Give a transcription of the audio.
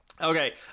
Okay